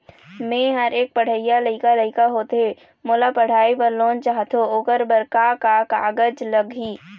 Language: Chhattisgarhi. मेहर एक पढ़इया लइका लइका होथे मोला पढ़ई बर लोन चाहथों ओकर बर का का कागज लगही?